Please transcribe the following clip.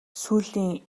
сүүлийн